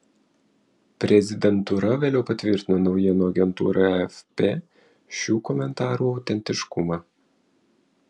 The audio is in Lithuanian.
prezidentūra vėliau patvirtino naujienų agentūrai afp šių komentarų autentiškumą